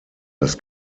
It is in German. das